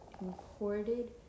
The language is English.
imported